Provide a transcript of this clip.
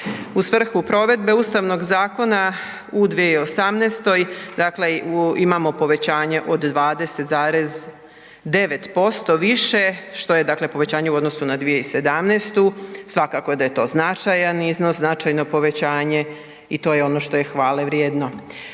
U svrhu provedbe Ustavnog zakona u 2018., dakle imamo povećanje od 20,9% više što je dakle povećanje u odnosu na 2017., svakako da je to značajan iznos, značajno povećanje i to je ono što je hvalevrijedno.